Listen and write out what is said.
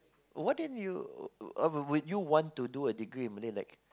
what didn't you would you want to do a degree in Malay like